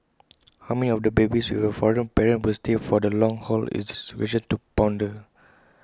how many of the babies with A foreign parent will stay for the long haul is A question to ponder